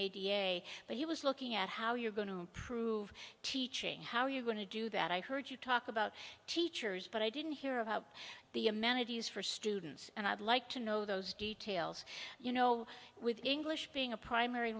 da but he was looking at how you're going to improve teaching how are you going to do that i heard you talk about teachers but i didn't hear about the amenities for students and i'd like to know those details you know with english being a primary